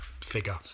figure